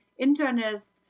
internist